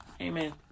Amen